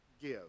give